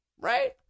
Right